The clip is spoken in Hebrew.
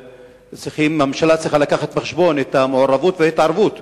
הממשלה צריכה להביא בחשבון את המעורבות וההתערבות